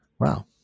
wow